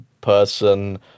person